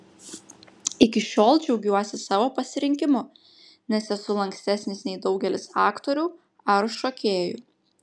iki šiol džiaugiuosi savo pasirinkimu nes esu lankstesnis nei daugelis aktorių ar šokėjų